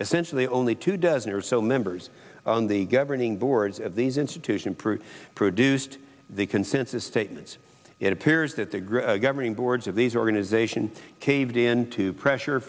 essentially only two dozen or so members on the governing boards of these institution pruett produced the consensus statements it appears that the group governing boards of these organizations caved in to pressure